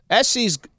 SC's